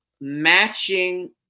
Matching